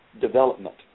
development